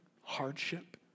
hardship